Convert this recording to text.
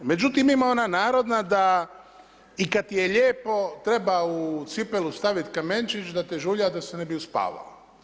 Međutim, ima ona narodna da i kada ti je lijepo treba u cipelu staviti kamenčić da te žulja da se ne bi uspavao.